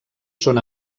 són